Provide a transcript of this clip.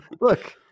Look